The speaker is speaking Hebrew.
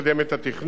כרגע,